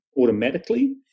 automatically